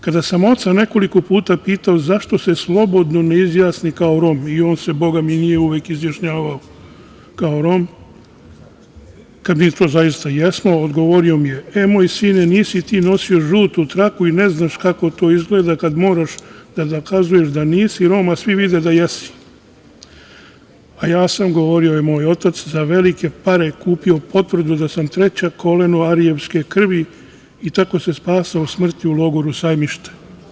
Kada sam oca nekoliko puta pitao zašto se slobodno ne izjasni kao Rom i on se bogami nije uvek izjašnjavao kao Rom, kad mi to zaista jesmo, odgovorio mi je – e, moj sine nisi ti nosio žutu traku i ne znaš kako to izgleda kad moraš da dokazuješ da nisi Rom, a svi vide da jesi, a ja sam, govorio je moj otac, za velike pare kupio potvrdu da sam treće koleno arijevske krivi i tako se spasao smrti u logoru Sajmište.